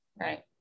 right